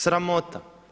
Sramota.